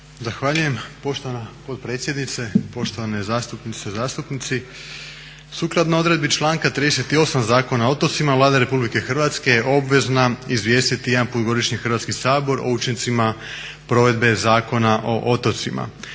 Zahvaljujem poštovana potpredsjednice, poštovane zastupnice i zastupnici. Sukladno odredbi članka 38. Zakona o otocima Vlada Republike Hrvatske je obvezna izvijestiti jedanput godišnje Hrvatski sabor o učincima provedbe Zakona o otocima.